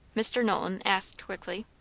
mr. knowlton asked quickly.